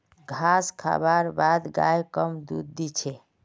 घास खा बार बाद गाय कम दूध दी छे